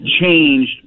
changed